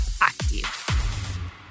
active